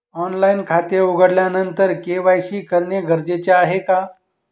Online खाते उघडल्यानंतर KYC करणे गरजेचे आहे का?